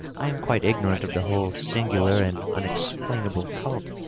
i am quite ignorant of the whole singular and unexplainable cult,